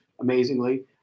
amazingly